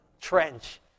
trench